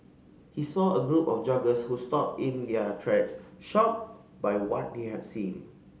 he saw a group of joggers who stopped in their tracks shocked by what they had seen